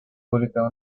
publicado